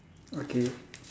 okay